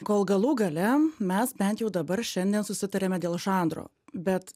kol galų gale mes bent jau dabar šiandien susitarėme dėl žanro bet